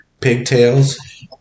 pigtails